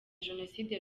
jenoside